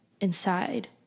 inside